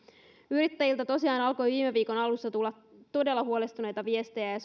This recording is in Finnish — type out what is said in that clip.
yrittäjiltä tosiaan alkoi viime viikon alussa tulla todella huolestuneita viestejä ja